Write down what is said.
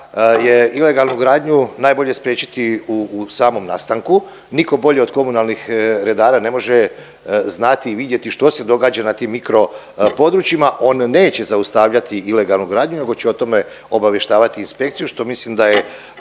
je ilegalnu gradnju najbolje spriječiti u samom nastanku, nitko bolje od komunalnih redara ne može znati i vidjeti što se događa na tim mikro područjima, on neće zaustavljati ilegalnu gradnju, nego će o tome obavještavati inspekciju, što mislim da je